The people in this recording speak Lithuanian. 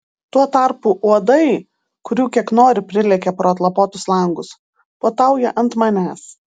tuo tarpu uodai kurių kiek nori prilekia pro atlapotus langus puotauja ant manęs